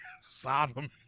Sodom